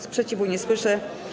Sprzeciwu nie słyszę.